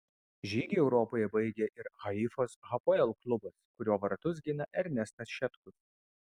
žygį europoje baigė ir haifos hapoel klubas kurio vartus gina ernestas šetkus